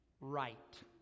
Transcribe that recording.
Right